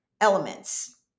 elements